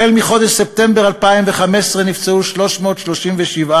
החל מחודש ספטמבר 2015 נפצעו 337,